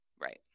Right